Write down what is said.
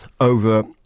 over